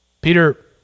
Peter